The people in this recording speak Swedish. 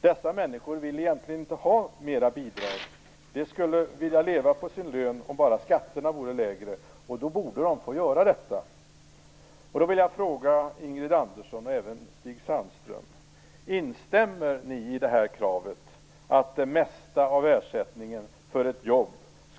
Dessa människor vill egentligen inte ha mera bidrag. De skulle vilja leva på sin lön om bara skatterna vore lägre. Och då borde de får göra detta. Jag vill fråga Ingrid Andersson och Stig Sandström: Instämmer ni i kravet att det mesta av ersättningen för ett jobb